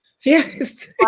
Yes